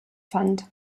fand